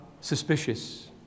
suspicious